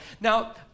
Now